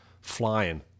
flying